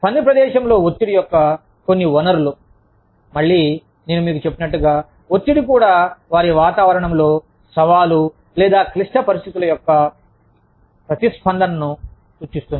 పని ప్రదేశంలో ఒత్తిడి యొక్క కొన్ని వనరులు మళ్ళీ నేను మీకు చెప్పినట్లుగా ఒత్తిడి కూడా వారి వాతావరణంలో సవాలు లేదా క్లిష్ట పరిస్థితులకు వ్యక్తి యొక్క ప్రతిస్పందనను సూచిస్తుంది